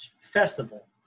festival